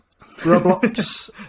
Roblox